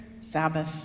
Sabbath